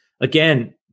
again